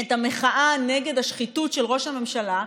את המחאה נגד השחיתות של ראש הממשלה,